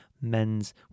men's